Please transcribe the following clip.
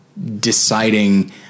deciding